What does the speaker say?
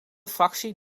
fractie